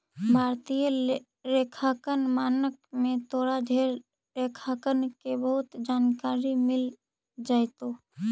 भारतीय लेखांकन मानक में तोरा ढेर लेखांकन के बहुत जानकारी मिल जाएतो